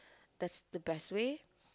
that's the best way